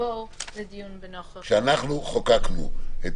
יבואו לדיון בנוכחות --- כשאנחנו חוקקנו את